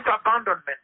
abandonment